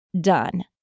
done